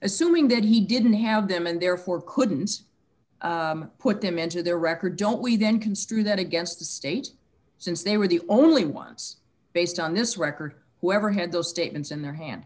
assuming that he didn't have them and therefore couldn't put them into their record don't we then construe that against the state since they were the only ones based on this record whoever had those statements in their hand